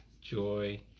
Joy